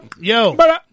Yo